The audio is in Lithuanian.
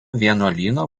vienuolyno